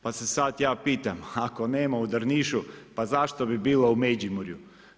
Pa se sad ja pitam, ako nema u Drnišu, pa zašto bi bila u Međimurju.